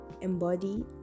embody